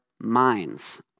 minds